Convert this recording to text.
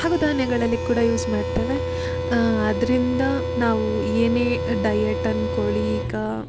ಹಾಗು ಧಾನ್ಯಗಳಲ್ಲಿ ಕೂಡ ಯೂಸ್ ಮಾಡ್ತೇವೆ ಅದರಿಂದ ನಾವು ಏನೇ ಡಯೆಟ್ ಅನ್ಕೊಳ್ಳಿ ಈಗ